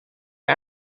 wir